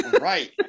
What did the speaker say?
right